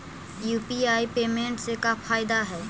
UPI payment से का फायदा है?